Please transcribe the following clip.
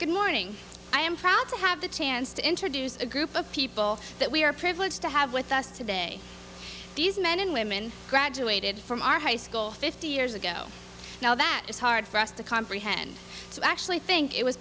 good morning i am proud to have the chance to introduce a group of people that we are privileged to have with us today these men and women graduated from our high school fifty years ago now that is hard for us to comprehend so i actually think it was